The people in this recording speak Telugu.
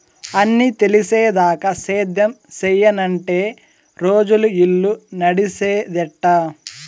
అన్నీ తెలిసేదాకా సేద్యం సెయ్యనంటే రోజులు, ఇల్లు నడిసేదెట్టా